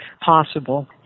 possible